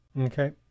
okay